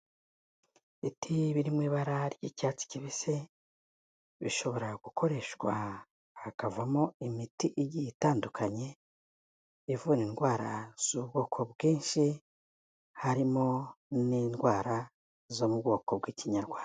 Ibiti biririmo ibara ry'icyatsi kibisi bishobora gukoreshwa hakavamo imiti igiye itandukanye ivuna indwara z'ubwoko bwinshi harimo n'indwara zo mu bwoko bw'Ikinyarwanda.